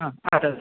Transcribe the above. ആ അത്